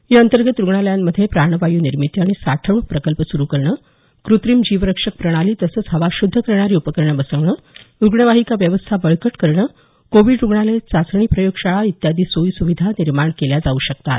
या अंतर्गत रुग्णालयांमध्ये प्राणवायू निर्मिती आणि साठवणूक प्रकल्प सुरु करणं कृत्रिम जीवरक्षक प्रणाली तसंच हवा शुद्ध करणारी उपकरणं बसवणं रुग्णवाहिका व्यवस्था बळकट करणं कोविड रुग्णालयं चाचणी प्रयोगशाळा इत्यादी सोयी सुविधा निर्माण केल्या जाऊ शकतात